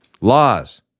laws